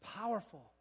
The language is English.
powerful